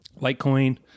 Litecoin